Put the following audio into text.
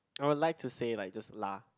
I would like to say like just lah